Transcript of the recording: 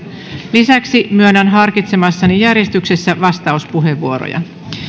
lisäksi myönnän harkitsemassani järjestyksessä vastauspuheenvuoroja